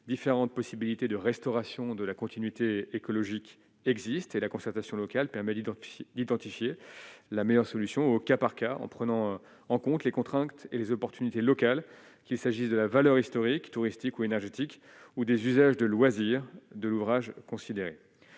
différentes possibilités de restauration de la continuité écologique existe et la concertation locale permet d'identifier d'identifier la meilleure solution, au cas par cas en prenant en compte les contraintes et les opportunités locales qu'il s'agisse de la valeur historique et touristique ou énergétiques ou des usages de loisir de l'ouvrage considéré